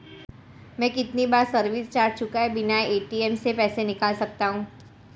मैं कितनी बार सर्विस चार्ज चुकाए बिना ए.टी.एम से पैसे निकाल सकता हूं?